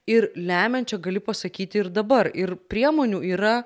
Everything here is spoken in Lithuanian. ir lemiančią gali pasakyti ir dabar ir priemonių yra